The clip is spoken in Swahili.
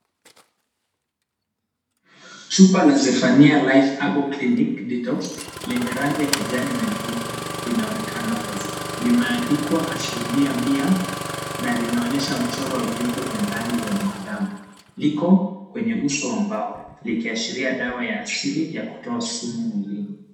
Chupa la Zephania Life Herbal Clinic Detox, lenye rangi ya kijani na nyeupe linaonekana wazi. Limeandikwa asilimia mia na linaonyesha mchoro wa viungo vya ndani vya mwanadamu. Liko kwenye uso wa mbao, likiashiria dawa ya asili ya kutoa sumu mwilini.